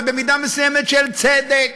ובמידה מסוימת של צדק,